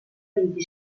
vint